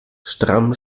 stramm